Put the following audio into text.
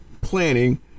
planning